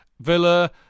Villa